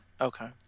okay